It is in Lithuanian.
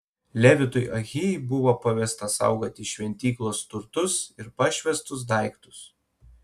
levitui ahijai buvo pavesta saugoti šventyklos turtus ir pašvęstus daiktus